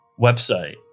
website